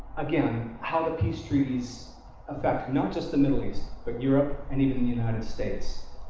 again, how the peace treaties affected not just the middle east, but europe and even the united states.